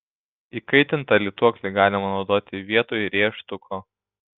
įkaitintą lituoklį galima naudoti vietoj rėžtuko